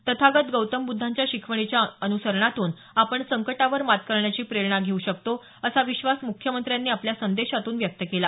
तथागत गौतम बुद्धांच्या शिकवणीच्या अनुसरणातून आपण संकटावर मात करण्याची प्रेरणा घेऊ शकतो असा विश्वास मुख्यमंत्र्यांनी आपल्या संदेशातून व्यक्त केला